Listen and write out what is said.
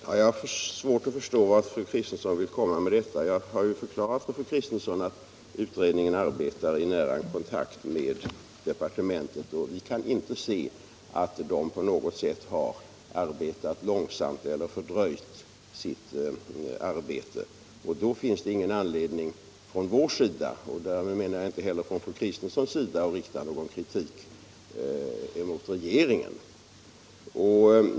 Herr talman! Jag har svårt att förstå vart fru Kristensson vill komma. Jag har ju förklarat för fru Kristensson att utredningen arbetar i nära kontakt med departementet, och vi kan inte se att utredningen på något sätt har arbetat långsamt eller fördröjt sitt arbete. Under sådana förhållanden finns det ingen anledning för oss att framföra kritik, och jag menar att det inte heller finns någon anledning för fru Kristensson att rikta kritik mot regeringen.